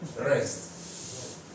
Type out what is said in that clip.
Rest